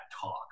talk